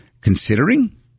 considering